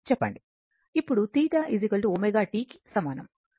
ω t కు సమానం